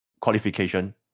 qualification